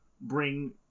bring